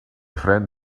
friend